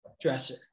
dresser